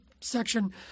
section